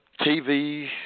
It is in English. TV